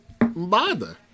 bother